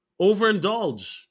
Overindulge